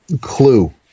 clue